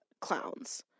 clowns